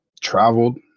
traveled